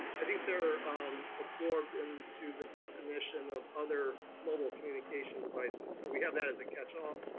i think they're absorbed into the definition of other mobile communication devices, so we have that as a catch-all,